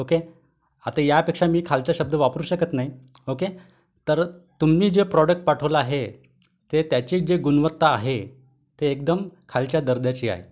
okay आता यापेक्षा मी खालचे शब्द वापरू शकत नाही ओके तर तुम्ही जे प्रॉडक्ट पाठवलं आहे ते त्याची जे गुणवत्ता आहे ते एकदम खालच्या दर्जाची आहे